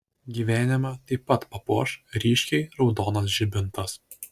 gyvenimą taip pat papuoš ryškiai raudonas žibintas